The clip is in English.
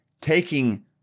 taking